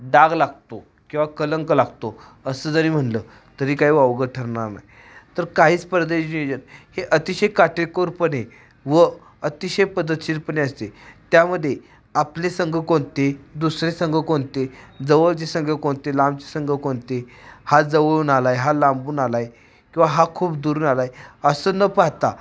डाग लागतो किंवा कलंक लागतो असं जरी म्हणलं तरी काही वावगं ठरणार नाही तर काही स्पर्धेचे योजन हे अतिशय काटेकोरपणे व अतिशय पद्धतशीरपणे असते त्यामध्ये आपले संघ कोणते दुसरे संघ कोणते जवळचे संघ कोणते लांबचे संघ कोणते हा जवळून आला आहे हा लांबून आला आहे किंवा हा खूप दूरून आला आहे असं न पाहता